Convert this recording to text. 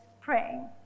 praying